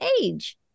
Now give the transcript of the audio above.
age